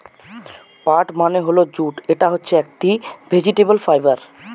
পাট মানে হল জুট এটা হচ্ছে একটি ভেজিটেবল ফাইবার